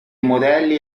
modelli